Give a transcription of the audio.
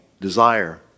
desire